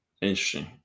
Interesting